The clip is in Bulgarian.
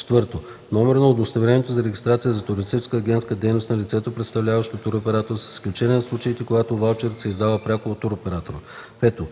4. номер на удостоверението за регистрация за туристическа агентска дейност на лицето, представляващо туроператора, с изключение на случаите, когато ваучерът се издава пряко от туроператора; 5.